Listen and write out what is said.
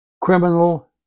criminal